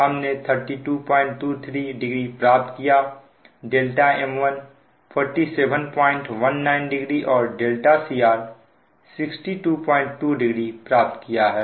δ0 हमने 32230 प्राप्त किया m1 47190 और δcr 622o प्राप्त किया है